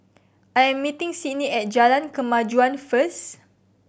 I am meeting Sydni at Jalan Kemajuan first